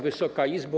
Wysoka Izbo!